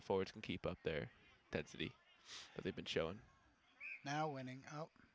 the forwards can keep up there that city they've been shown now winning o